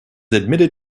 admitted